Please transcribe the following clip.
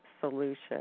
solution